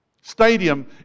stadium